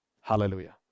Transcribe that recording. hallelujah